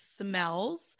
smells